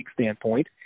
standpoint